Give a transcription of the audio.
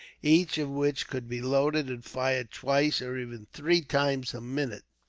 each of which could be loaded and fired twice, or even three times, a minute.